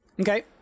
okay